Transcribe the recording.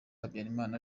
habyarimana